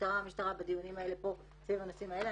המשטרה המשטרה בדיונים פה סביב הנושאים האלה,